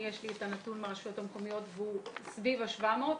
יש לי את הנתון מהרשויות המקומיות והוא סביב ה-700.